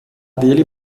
dele